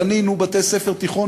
בנינו בתי-ספר תיכון